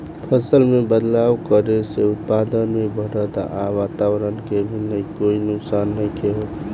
फसल में बदलाव करे से उत्पादन भी बढ़ता आ वातवरण के भी कोई नुकसान नइखे होत